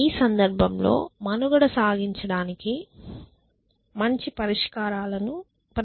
ఈ సందర్భంలో మనుగడ సాగించడానికి మంచి పరిష్కారాలకు ఇది అవకాశం ఇస్తుంది